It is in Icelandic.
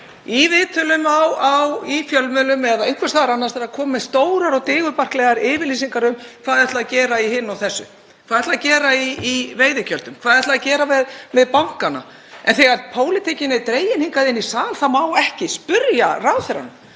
í viðtölum í fjölmiðlum eða einhvers staðar annars staðar, að koma með stórar og digurbarkalegar yfirlýsingar um hvað þau ætli að gera í hinu og þessu; hvað þau ætli að gera í veiðigjöldum, hvað þau ætli að gera með bankana. En þegar pólitíkin er dregin hingað inn í sal þá má ekki spyrja ráðherrann.